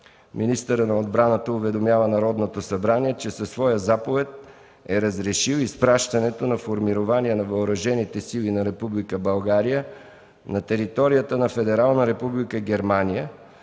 министърът на отбраната уведомява Народното събрание, че със своя заповед е разрешил изпращането на формирования на въоръжените сили на Република България на територията на Федерална